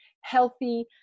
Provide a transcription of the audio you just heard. healthy